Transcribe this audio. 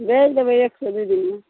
भेज देबय एकसँ दू दिनमे